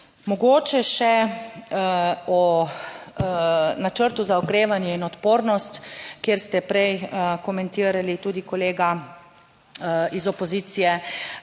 Mogoče še o načrtu za okrevanje in odpornost, kjer ste prej komentirali tudi kolega iz opozicije